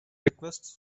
requests